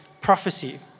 prophecy